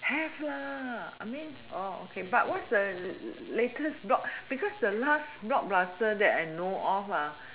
have lah I mean oh okay but what's the latest blog because the last blog master that I know of ah